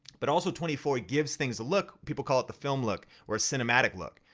but also twenty four gives things look, people call it the film look or a cinematic look.